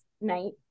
night